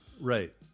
Right